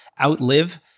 Outlive